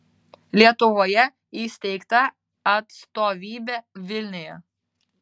lietuvoje įsteigta atstovybė vilniuje